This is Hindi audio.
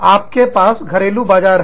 आपके पास घरेलू बाजार है